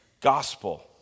gospel